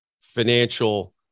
financial